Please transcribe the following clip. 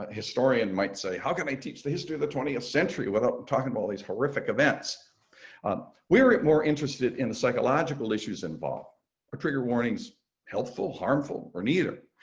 ah historian might say, how can i teach the history of the twentieth century, without talking about all these horrific events um we're more interested in the psychological issues involved or trigger warnings helpful harmful or neither.